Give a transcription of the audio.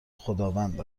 خداوند